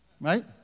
right